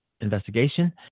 investigation